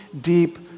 deep